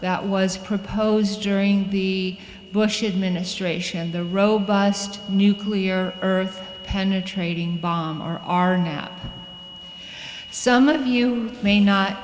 that was proposed during the bush administration the robust nuclear earth penetrating bombs are now some of you may not